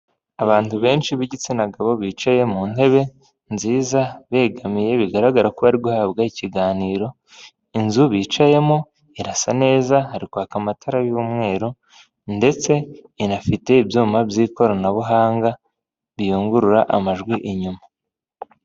Abantu benshi b'igitsina gabo bicaye mu ntebe nziza begamiye bigaragara ko bari guhabwa ikiganiro, inzu bicayemo irasa neza, hari kwaka amatara y'umweru ndetse inafite ibyuma by'ikoranabuhanga riyungurura amajwi inyuma.